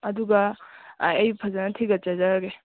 ꯑꯗꯨꯒ ꯑꯩ ꯐꯖꯅ ꯊꯤꯒꯠꯆꯖꯔꯒꯦ